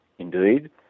Indeed